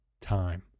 time